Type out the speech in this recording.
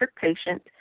Patient